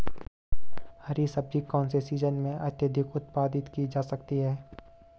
हरी सब्जी कौन से सीजन में अत्यधिक उत्पादित की जा सकती है?